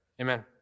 Amen